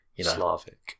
Slavic